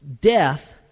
Death